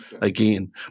again